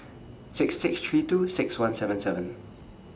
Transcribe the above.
six six three two six one seven seven